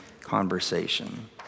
conversation